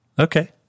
Okay